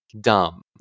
dumb